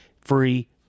free